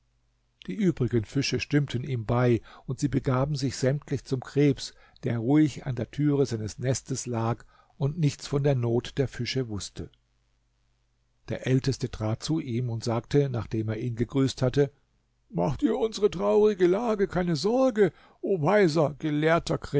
die übrigen fische stimmten ihm bei und sie begaben sich sämtlich zum krebs der ruhig an der türe seines nestes lag und nichts von der not der fische wußte der älteste trat zu ihm und sagte nachdem er ihn gegrüßt hatte macht dir unsere traurige lage keine sorge o weiser gelehrter